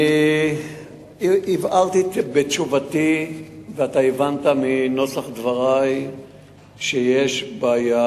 הבהרתי בתשובתי ואתה הבנת מנוסח דברי שיש בעיה,